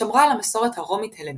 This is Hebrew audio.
שמרה על המסורת הרומית-הלניסטית,